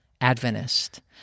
Adventist